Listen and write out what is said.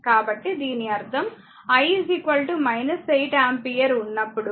కాబట్టి దీని అర్థం i 8 ఆంపియర్ ఉన్నప్పుడు